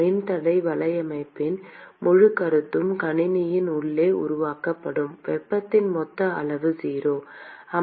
மின்தடை வலையமைப்பின் முழுக் கருத்தும் கணினியின் உள்ளே உருவாக்கப்படும் வெப்பத்தின் மொத்த அளவு 0